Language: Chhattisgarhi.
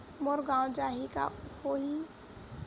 मोर गंवा जाहि का होही?